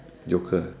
joker